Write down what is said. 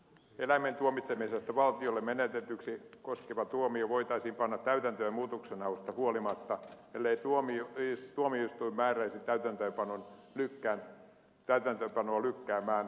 eläimen tuomitsemista valtiolle menetetyksi koskeva tuomio voitaisiin panna täytäntöön muutoksenhausta huolimatta ellei tuomioistuin määräisi täytäntöönpanoa lykkääntymään